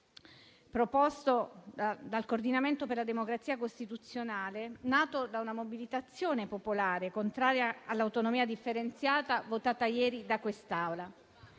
proposto dal Coordinamento per la democrazia costituzionale e nato da una mobilitazione popolare contraria all'autonomia differenziata votata ieri da questa